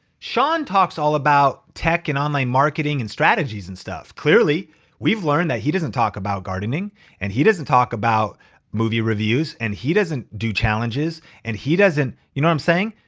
sean talks all about tech and online marketing and strategies and stuff. clearly we've learned that he doesn't talk about gardening and he doesn't talk about movie reviews and he doesn't do challenges and he doesn't you know what i'm saying?